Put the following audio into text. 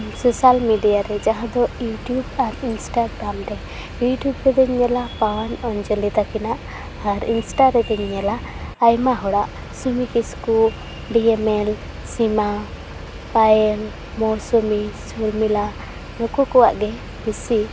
social media ᱨᱮ ᱡᱟᱦᱟᱸ ᱫᱚ ᱤᱭᱩᱴᱤᱭᱩᱵᱽ ᱟᱨ ᱤᱱᱥᱴᱟᱜᱨᱟᱢ ᱨᱮ ᱤᱭᱩᱴᱤᱭᱩᱵᱽ ᱨᱮᱫᱚᱧ ᱧᱮᱞᱟ ᱯᱟᱣᱟᱱ ᱚᱧᱡᱚᱞᱤ ᱛᱟᱹᱠᱤᱱᱟᱜ ᱟᱨ ᱤᱱᱥᱴᱟ ᱨᱮᱫᱚᱧ ᱧᱮᱞᱟ ᱟᱭᱢᱟ ᱦᱚᱲᱟᱜ ᱥᱩᱢᱤ ᱠᱤᱥᱠᱩ ᱰᱤᱹᱮᱢᱹᱮᱞ ᱥᱤᱢᱟ ᱯᱟᱭᱮᱞ ᱢᱳᱣᱥᱚᱢᱤ ᱥᱚᱨᱢᱤᱞᱟ ᱱᱩᱠᱩ ᱠᱚᱣᱟᱜ ᱜᱮ ᱵᱤᱥᱤ